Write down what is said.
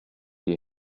die